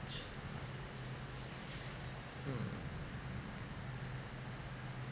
hmm